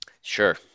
sure